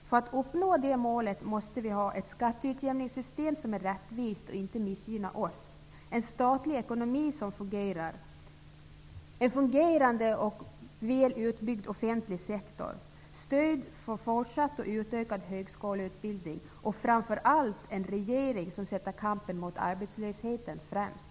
För att uppnå det målet måste vi ha ett rättvist skatteutjämningssystem som inte missgynnar oss, en statlig ekonomi som fungerar, en fungerande och väl utbyggd offentlig sektor, stöd för fortsatt och utökad högskoleutbildning och framför allt en regering som sätter kampen mot arbetslösheten främst.